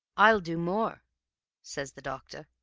i'll do more says the doctor.